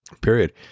Period